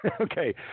okay